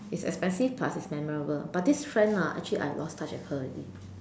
it is expensive plus it is memorable but this friend ah actually I lost touch with her already